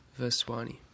Vaswani